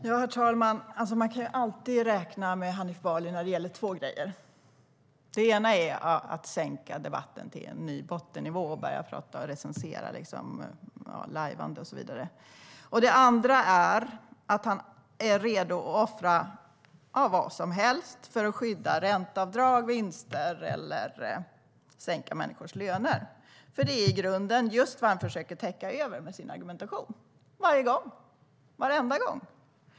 Herr talman! Man kan alltid räkna med Hanif Bali när det gäller två saker. Det ena är att sänka debatten till en ny bottennivå och börja recensera och tala om lajvande. Det andra är att han är redo att offra vad som helst för att skydda ränteavdrag och vinster och för att sänka människors löner. Det är i grunden just vad han försöker täcka över med sin argumentation varje gång.